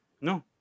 No